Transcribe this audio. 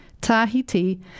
Tahiti